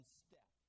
step